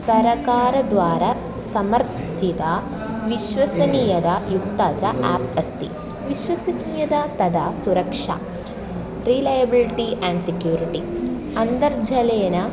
सरकारद्वारा समर्थिता विश्वसनीयता युक्ता च आप् अस्ति विश्वसनीयता तदा सुरक्षा रिलयबिल्टि अण्ड् सिक्यूरिटि अन्तर्जालेन